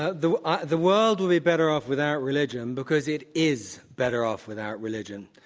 ah the ah the world would be better off without religion because it is better off without religion.